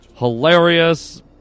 Hilarious